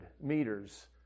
meters